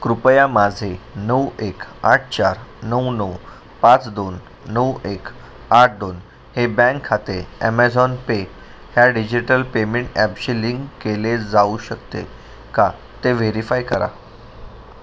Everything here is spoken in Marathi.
कृपया माझे नऊ एक आठ चार नऊ नऊ पाच दोन नऊ एक आठ दोन हे बँक खाते ॲमेझॉन पे ह्या डिजिटल पेमेंट ॲपशी लिंक केले जाऊ शकते का ते व्हेरीफाय करा